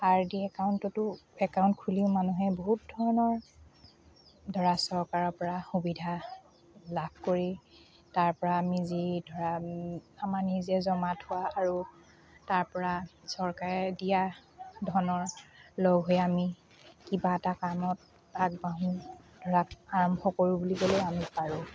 R D একাউণ্টততো account খুলিও মানুহে বহুত ধৰণৰ ধৰা চৰকাৰৰ পৰা সুবিধা লাভ কৰি তাৰ পৰা আমি যি ধৰা আমাৰ নিজে জমা থোৱা আৰু তাৰ পৰা চৰকাৰে দিয়া ধনৰ লগ হৈ আমি কিবা এটা কামত আগবাঢ়ো ধৰা আৰম্ভ কৰোঁ বুলি ক'লেও আমি পাৰোঁ